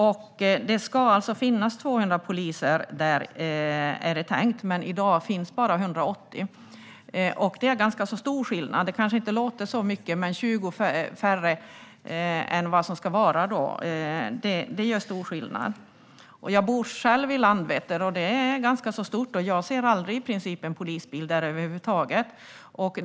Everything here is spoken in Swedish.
Det ska finnas 200 poliser där, är det tänkt, men i dag finns bara 180. Det är ganska stor skillnad. Det kanske inte låter som mycket, men 20 färre än vad det ska vara gör stor skillnad. Jag bor själv i Landvetter, och det är ganska stort. Jag ser i princip aldrig en polisbil där över huvud taget.